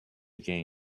game